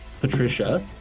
Patricia